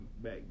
back